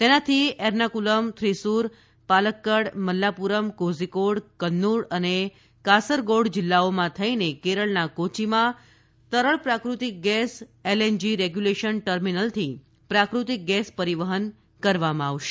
તેનાથી એરનાકુલમ થ્રીસુર પાલકકડ મલ્લાપુરમ કોઝીકોડ કન્નૂર અને કાસરગૌડ જીલ્લાઓમાં થઇને કેરળના કોચ્યીમાં તરલ પ્રાફતિક ગેસ એલએનજી રેગ્યુલેશન ટર્મીનલથી પ્રાકૃતિક ગેસ પરીવહન કરવામાં આવશે